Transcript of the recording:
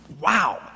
Wow